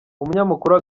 umunyamakuru